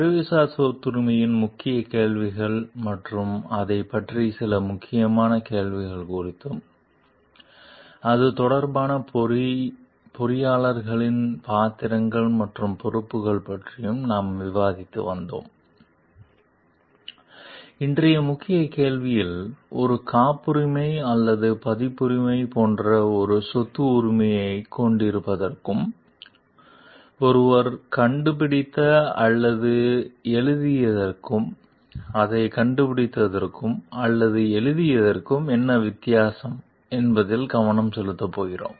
அறிவுசார் சொத்துரிமையின் முக்கிய கேள்விகள் மற்றும் அதைப் பற்றிய சில முக்கியமான கேள்விகள் குறித்தும் அது தொடர்பான பொறியாளர்களின் பாத்திரங்கள் மற்றும் பொறுப்புகள் பற்றியும் நாம் விவாதித்து வந்தோம் இன்றைய முக்கிய கேள்வியில் ஒரு காப்புரிமை அல்லது பதிப்புரிமை போன்ற ஒரு சொத்து உரிமையைக் கொண்டிருப்பதற்கும் ஒருவர் கண்டுபிடித்த அல்லது எழுதியதற்கும் அதை கண்டுபிடித்ததற்கும் அல்லது எழுதியதற்கும் என்ன வித்தியாசம் என்பதில் கவனம் செலுத்தப் போகிறோம்